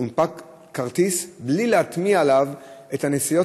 הונפק כרטיס בלא להטמיע עליו את הנסיעות